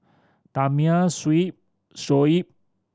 Damia Shuib Shoaib